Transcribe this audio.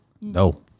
No